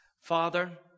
Father